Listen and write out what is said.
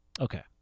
Okay